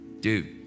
dude